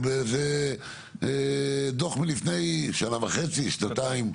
זה דוח מלפני שנה וחצי-שנתיים.